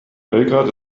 belgrad